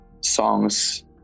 songs